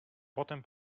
potem